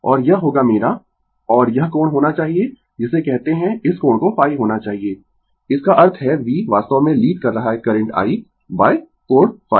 और यह होगा मेरा और यह कोण होना चाहिए जिसे कहते है इस कोण को ϕ होना चाहिए इसका अर्थ है v वास्तव में लीड कर रहा है करंट I कोण ϕ